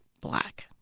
black